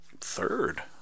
third